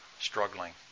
struggling